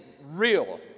real